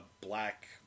Black